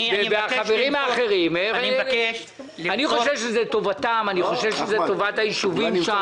שזה לטובתם, אני חושב שזה לטובת הישובים שם.